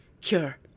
Cure